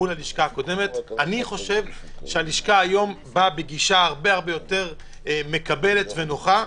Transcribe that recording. אני חושב שהלשכה היום באה בגישה הרבה הרבה יותר מקבלת ונוחה,